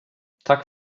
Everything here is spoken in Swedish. tack